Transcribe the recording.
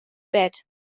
bed